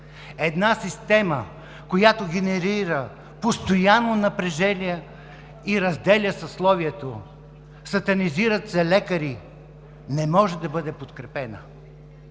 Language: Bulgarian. Една система, която генерира постоянно напрежение и разделя съсловието, сатанизират се лекари, не може да бъде подкрепена.